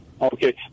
Okay